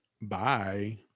Bye